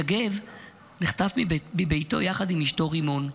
יגב נחטף מביתו יחד עם אשתו רימון.